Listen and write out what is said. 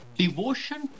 devotion